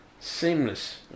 Seamless